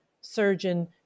surgeon